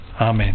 Amen